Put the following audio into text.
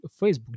Facebook